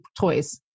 toys